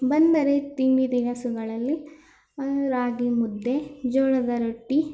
ಬಂದರೆ ತಿಂಡಿತಿನಿಸುಗಳಲ್ಲಿ ರಾಗಿ ಮುದ್ದೆ ಜೋಳದ ರೊಟ್ಟಿ